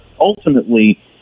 ultimately